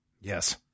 Yes